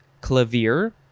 clavier